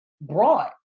brought